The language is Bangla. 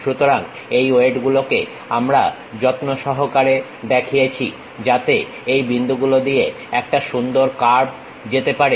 সুতরাং এই ওয়েটগুলোকে আমরা যত্নসহকারে দেখিয়েছি যাতে এই বিন্দুগুলো দিয়ে একটা সুন্দর কার্ভ যেতে পারে